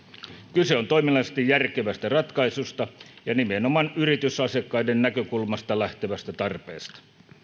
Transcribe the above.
kyse on toiminnallisesti järkevästä ratkaisusta ja nimenomaan yritysasiakkaiden näkökulmasta lähtevästä tarpeesta